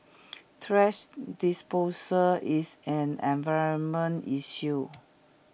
thrash disposal is an environment issue